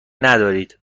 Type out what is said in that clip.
ندارید